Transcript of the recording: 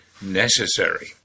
necessary